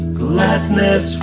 gladness